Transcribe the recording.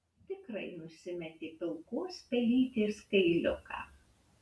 tikrai nusimetė pilkos pelytės kailiuką